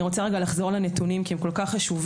אני רוצה רגע לחזור לנתונים כי הם כל כך חשובים.